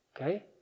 Okay